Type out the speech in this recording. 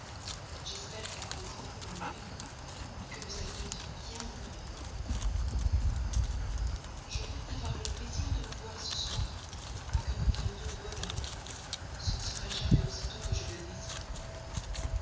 j'espère qu'à présent vous n'en aurez plus que nous allons être bien heureux je compte avoir le plaisir de vous voir ce soir que vous viendrez de bonne heure ce ne sera jamais aussi tôt que je le désire